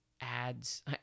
ads